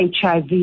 HIV